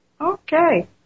okay